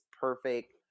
perfect